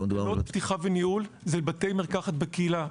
הוראות פתיחה וניהול זה בתי מרקחת בקהילה.